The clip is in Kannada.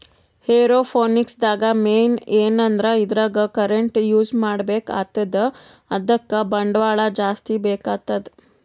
ಏರೋಪೋನಿಕ್ಸ್ ದಾಗ್ ಮೇನ್ ಏನಂದ್ರ ಇದ್ರಾಗ್ ಕರೆಂಟ್ ಯೂಸ್ ಮಾಡ್ಬೇಕ್ ಆತದ್ ಅದಕ್ಕ್ ಬಂಡವಾಳ್ ಜಾಸ್ತಿ ಬೇಕಾತದ್